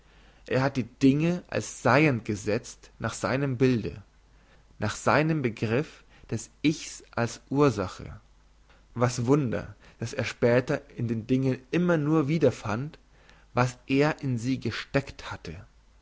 er hat die dinge als seiend gesetzt nach seinem bilde nach seinem begriff des ichs als ursache was wunder dass er später in den dingen immer nur wiederfand was er in sie gesteckt hatte